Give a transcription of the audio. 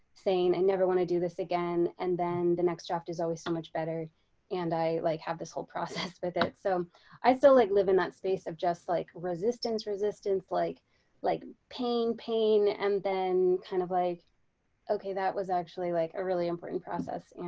saying, i never want to do this again. and then the next draft is always so much better and i like have this whole process with it. so i still like live in that space of just like resistance resistance, like like pain pain and then kind of like okay, that was actually like a really important process. yeah